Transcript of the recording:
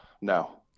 no